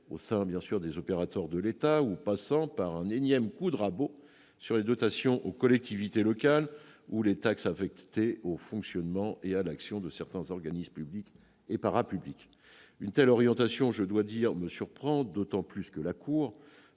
au sein des opérateurs de l'État, en passant par un énième coup de rabot sur les dotations aux collectivités locales ou les taxes affectées au fonctionnement et à l'action de certains organismes publics et parapublics. Je dois dire qu'une telle orientation me surprend d'autant plus que la Cour,